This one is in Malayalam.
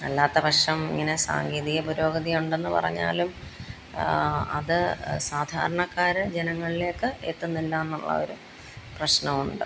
അല്ലാത്തപക്ഷം ഇങ്ങനെ സാങ്കേതിക പുരോഗതി ഉണ്ടെന്നു പറഞ്ഞാലും അത് സാധാരണക്കാര് ജനങ്ങളിലേക്ക് എത്തുന്നില്ല എന്നുള്ളൊരു പ്രശ്നമുണ്ട്